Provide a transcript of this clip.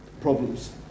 problems